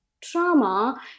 trauma